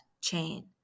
chain